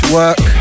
work